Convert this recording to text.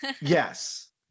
yes